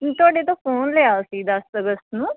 ਤੁਹਾਡੇ ਤੋਂ ਫੋਨ ਲਿਆ ਸੀ ਦਸ ਅਗਸਤ ਨੂੰ